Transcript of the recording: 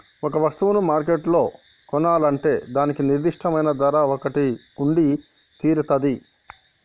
ఒక వస్తువును మార్కెట్లో కొనాలంటే దానికి నిర్దిష్టమైన ధర ఒకటి ఉండితీరతాది